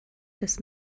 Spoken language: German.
des